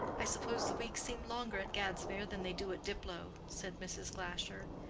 i suppose the weeks seem longer at gadsmere than they do at diplow, said mrs. glasher.